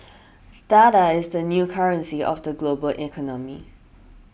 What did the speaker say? data is the new currency of the global economy